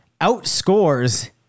outscores